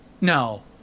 No